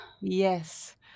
Yes